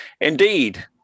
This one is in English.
Indeed